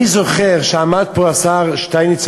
אני זוכר שעמד פה השר שטייניץ,